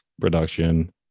production